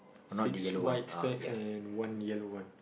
six white stacks and one yellow one